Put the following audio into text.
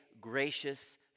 gracious